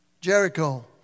Jericho